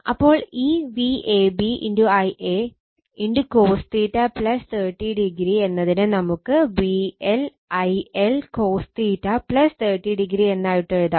അപ്പോൾ ഈ Vab Ia cos 30o എന്നതിനെ നമുക്ക് VL IL cos 30o എന്നായിട്ടെഴുതാം